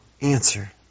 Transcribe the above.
answer